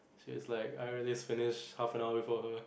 she is like I already finish half an hour for her